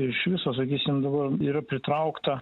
iš viso sakysim dabar yra pritraukta